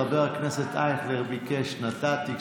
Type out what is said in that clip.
חבר הכנסת אייכלר ביקש ונתתי,